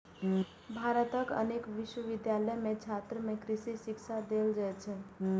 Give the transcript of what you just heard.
भारतक अनेक विश्वविद्यालय मे छात्र कें कृषि शिक्षा देल जाइ छै